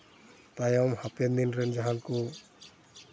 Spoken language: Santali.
ᱛᱟᱭᱚᱢ ᱦᱟᱯᱮᱱ ᱫᱤᱱ ᱨᱮᱱ ᱡᱟᱦᱟᱸᱭ ᱠᱚ